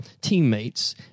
teammates